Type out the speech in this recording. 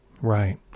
Right